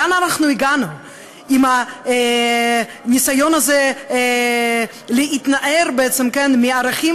לאן אנחנו הגענו עם הניסיון הזה להתנער מערכים